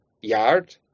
yard